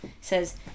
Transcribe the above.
says